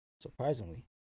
surprisingly